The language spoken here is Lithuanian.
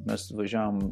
mes važiavom